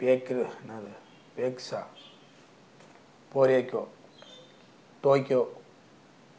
என்னாது பேக்ஸா பொரியோக்கோ டோக்கியோ